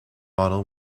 model